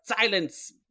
silence